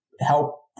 help